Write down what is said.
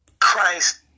Christ